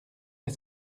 est